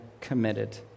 committed